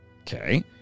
Okay